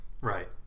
right